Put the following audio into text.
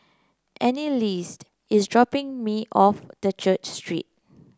Anneliese is dropping me off at Church Street